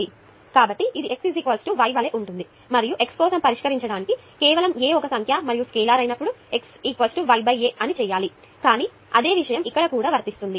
కాబట్టి ఇది x y వలె ఉంటుంది మరియు x కోసం పరిష్కరించడానికి కేవలం a ఒక సంఖ్య మరియు స్కేలార్ అయినప్పుడు x y a ను చేయాలి కానీ అదే విషయం ఇక్కడ కూడా వర్తిస్తుంది